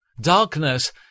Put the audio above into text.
Darkness